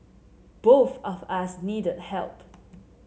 both of us needed help